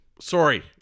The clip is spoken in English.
Sorry